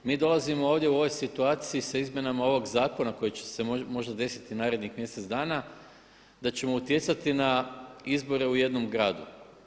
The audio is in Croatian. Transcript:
Mi dolazimo ovdje u ovoj situaciji sa izmjenama ovoga zakona koji će se možda desiti narednih mjesec dana, da ćemo utjecati na izbore u jednom gradu.